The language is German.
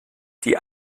die